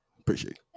Appreciate